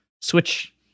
Switch